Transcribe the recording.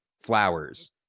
Flowers